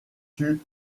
tue